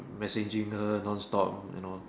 messaging girls nonstop and all